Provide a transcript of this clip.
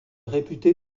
réputé